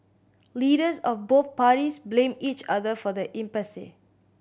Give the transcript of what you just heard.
leaders of both parties blamed each other for the impasse